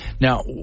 Now